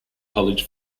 college